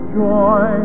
joy